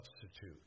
substitute